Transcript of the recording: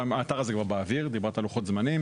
האתר הזה כבר באוויר, דיברת על לוחות זמנים.